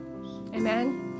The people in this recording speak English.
Amen